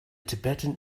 tibetan